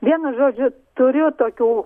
vienu žodžiu turiu tokių